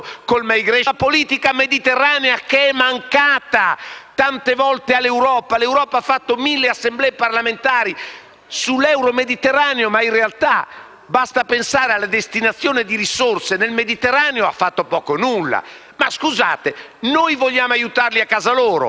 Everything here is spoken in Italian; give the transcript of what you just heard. sull'euro-mediterraneo ma, in realtà, basta pensare alla destinazione di risorse nel Mediterraneo per capire che ha fatto poco o nulla. Colleghi, noi vogliamo aiutarli a casa loro, però, quando l'olio tunisino può essere commercializzato in Europa facciamo il finimondo perché dobbiamo chiudere le frontiere.